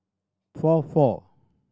four four